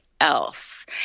else